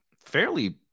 fairly